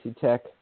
Tech